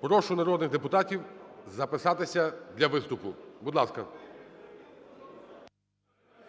Прошу народних депутатів записатися для виступу. Будь ласка.